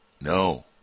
No